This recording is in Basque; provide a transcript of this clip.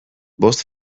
bost